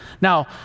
Now